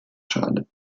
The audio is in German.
charlotte